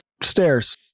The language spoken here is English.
stairs